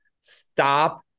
stop